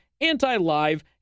anti-live